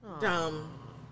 Dumb